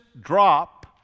drop